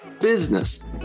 business